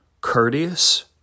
courteous